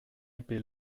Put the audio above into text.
épée